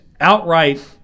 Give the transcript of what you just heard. outright